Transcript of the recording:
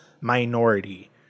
minority